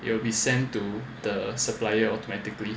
it will be sent to the supplier automatically